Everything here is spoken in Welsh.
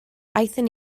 aethon